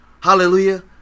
Hallelujah